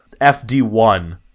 FD1